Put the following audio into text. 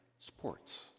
sports